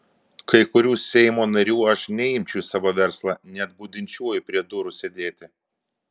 kai kurių seimo narių aš neimčiau į savo verslą net budinčiuoju prie durų sėdėti